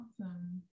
Awesome